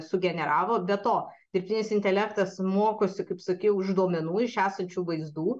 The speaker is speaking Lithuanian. sugeneravo be to dirbtinis intelektas mokosi kaip sakiau iš duomenų iš esančių vaizdų